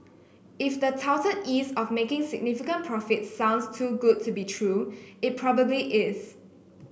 if the touted ease of making significant profits sounds too good to be true it probably is